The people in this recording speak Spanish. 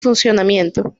funcionamiento